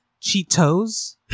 Cheetos